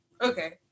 okay